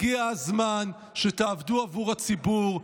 הגיע הזמן שתעבדו עבור הציבור,